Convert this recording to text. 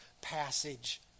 passage